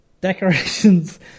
decorations